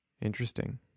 Interesting